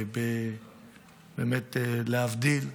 ובאמת להבדיל,